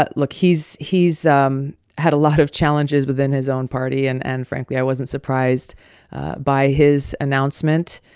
but look he's he's um had a lot of challenges within his own party. and, and frankly, i wasn't surprised by his announcement.